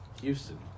Houston